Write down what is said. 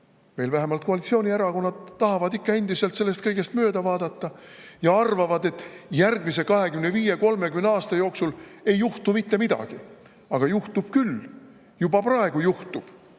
et vähemalt koalitsioonierakonnad tahavad endiselt sellest kõigest mööda vaadata ja arvavad, et järgmise 25–30 aasta jooksul ei juhtu mitte midagi. Aga juhtub küll. Juba praegu juhtub.